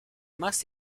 más